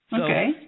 Okay